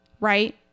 right